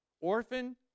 Orphan